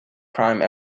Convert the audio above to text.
crime